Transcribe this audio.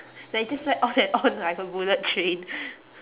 like you just went on and on like a bullet train